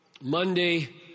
Monday